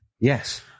Yes